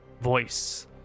voice